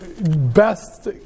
best